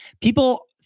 people